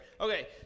Okay